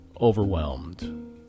overwhelmed